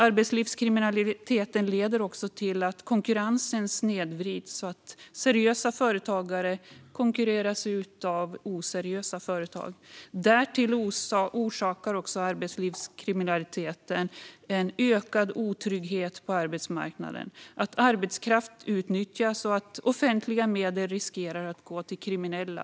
Arbetslivskriminaliteten leder även till att konkurrensen snedvrids och att seriösa företagare konkurreras ut av oseriösa företag. Därtill ligger arbetslivskriminaliteten bakom ökad otrygghet på arbetsmarknaden, att arbetskraft utnyttjas och att offentliga medel riskerar att gå till kriminella.